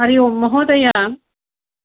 हरिः ओम् महोदया